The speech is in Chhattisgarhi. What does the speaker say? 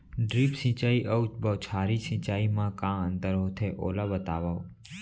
ड्रिप सिंचाई अऊ बौछारी सिंचाई मा का अंतर होथे, ओला बतावव?